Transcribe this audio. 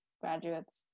graduates